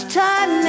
time